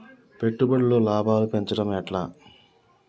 పెట్టుబడులలో లాభాలను పెంచడం ఎట్లా?